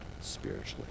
spiritually